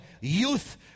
youth